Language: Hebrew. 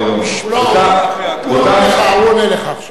הוא עונה לך עכשיו.